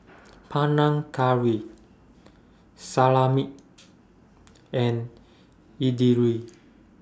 Panang Curry Salami and Idili